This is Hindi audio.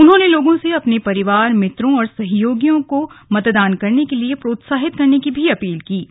उन्होंने लोगों से अपने परिवार मित्रों और सहयोगियों को मतदान करने के लिए प्रोत्साहित करने की अपील की है